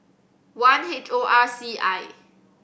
one H O R C I